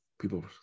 people